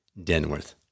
Denworth